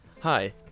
Hi